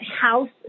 house